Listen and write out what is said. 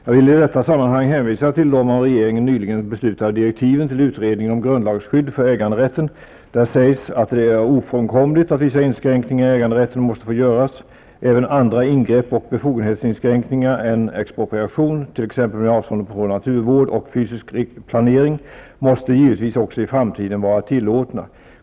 Jag vill i detta sammanhang hänvisa till de av regeringen nyligen beslutade direktiven till utredningen om grundlagsskydd för äganderätten. Där sägs att det är ofrånkomligt att vissa inskränkningar i äganderätten måste få göras. Även andra ingrepp och befogenhetsinskränkningar än expropriation, t.ex. med avseende på naturvård och fysisk planering, måste givetvis också i framtiden vara tillåtna.